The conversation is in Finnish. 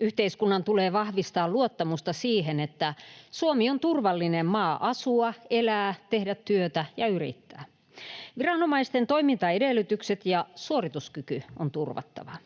Yhteiskunnan tulee vahvistaa luottamusta siihen, että Suomi on turvallinen maa asua, elää, tehdä työtä ja yrittää. Viranomaisten toimintaedellytykset ja suorituskyky on turvattava.